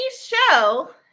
show